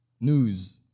News